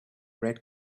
red